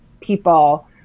people